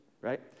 Right